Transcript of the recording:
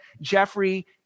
Jeffrey